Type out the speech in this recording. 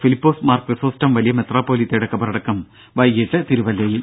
ഫിലിപ്പോസ് മാർ ക്രിസോസ്റ്റം വലിയ മെത്രാപൊലീത്തയുടെ കബറടക്കം വൈകീട്ട് തിരുവല്ലയിൽ